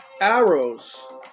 arrows